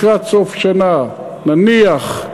לקראת סוף שנה, נניח,